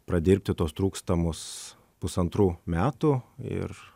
pradirbti tuos trūkstamus pusantrų metų ir